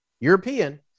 European